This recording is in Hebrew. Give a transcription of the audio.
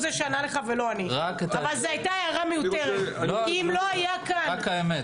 אם לא היה כאן --- זאת האמת.